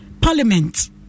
Parliament